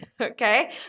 okay